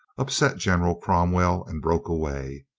upset general cromwell and broke away.